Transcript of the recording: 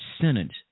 sentence